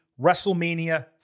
WrestleMania